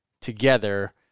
together